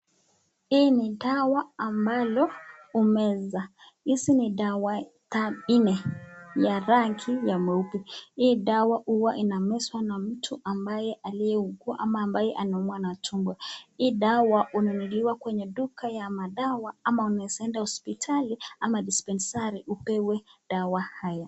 Hii ni dawa ambalo humeza. Hizi ni dawa nne ya rangi ya nyeupe. Hii dawa huwa inamezwa na mtu ambaye aliyeugua ama ambaye anaumwa na tumbo. Hii dawa hununuliwa kwenye duka ya madawa ama unaweza enda hospitali ama dispensari upewe dawa haya.